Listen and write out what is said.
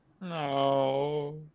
No